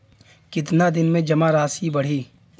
कितना दिन में जमा राशि बढ़ी?